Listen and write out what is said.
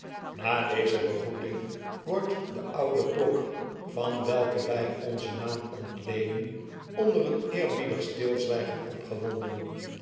na de e begroeting wordt de oude klok van welke wy onzen naam ontleenen onder een eerbiedig stilzwygen opgewonden